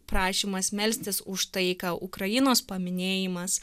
prašymas melstis už taiką ukrainos paminėjimas